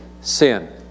sin